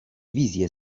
wizje